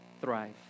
thrive